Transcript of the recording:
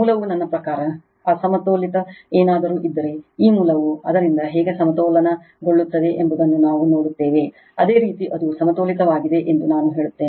ಮೂಲವು ನನ್ನ ಪ್ರಕಾರ ಅಸಮತೋಲಿತ ಏನಾದರೂ ಇದ್ದರೆ ಈ ಮೂಲವು ಅದರಿಂದ ಹೇಗೆ ಸಮತೋಲನಗೊಳ್ಳುತ್ತದೆ ಎಂಬುದನ್ನು ನಾವು ಮಾಡುತ್ತೇವೆ ಅದೇ ರೀತಿ ಅದು ಸಮತೋಲಿತವಾಗಿದೆ ಎಂದು ನಾನು ಹೇಳುತ್ತೇನೆ